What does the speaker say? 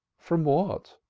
from what?